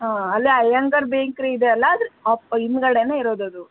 ಹಾಂ ಅಲ್ಲೇ ಅಯ್ಯಂಗಾರ್ ಬೇಕ್ರಿ ಇದೆ ಅಲ್ವಾ ಅದರ ಅಪ್ಪೋ ಹಿಂದುಗಡೆನೇ ಇರೋದದು